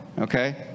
okay